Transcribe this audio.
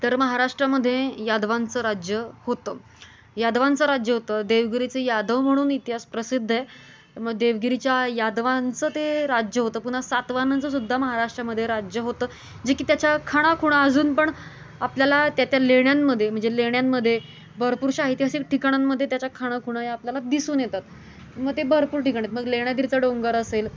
तर महाराष्ट्रामध्ये यादवांचं राज्य होतं यादवांचं राज्य होतं देवगिरीचे यादव म्हणून इतिहास प्रसिद्ध आहे मग देवगिरीच्या यादवांचं ते राज्य होतं पुन्हा सातवाहनांचंसुद्धा महाराष्ट्रामध्ये राज्य होतं जे की त्याच्या खाणाखुणा अजून पण आपल्याला त्याच्या लेण्यांमध्ये म्हणजे लेण्यांमध्ये भरपूरशा ऐतिहासिक ठिकाणांमध्ये त्याच्या खाणाखुणा आपल्याला दिसून येतात मग ते भरपूर ठिकाणी आहेत मग लेण्याद्रीचा डोंगर असेल